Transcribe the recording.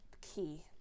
key